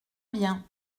bien